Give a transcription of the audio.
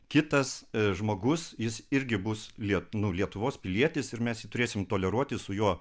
kitas žmogus jis irgi bus lie nu lietuvos pilietis ir mes turėsim toleruoti su juo